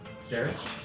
Stairs